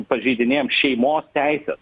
pažeidinėjam šeimos teises